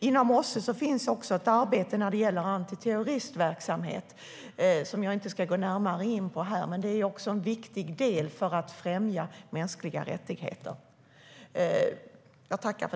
Inom OSSE finns också ett arbete när det gäller antiterroristverksamhet, som jag inte ska gå närmare in på här. Det är också en viktig del för att främja mänskliga rättigheter.